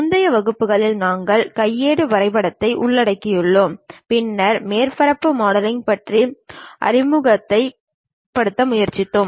முந்தைய வகுப்புகளில் நாங்கள் கையேடு வரைபடத்தை உள்ளடக்கியுள்ளோம் பின்னர் மேற்பரப்பு மாடலிங் பற்றி அறிமுகப்படுத்த முயற்சித்தோம்